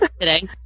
Today